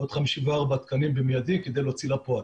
עוד 54 תקנים במידי כדי להוציא לפועל.